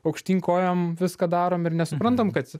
aukštyn kojom viską darom ir nesuprantam kad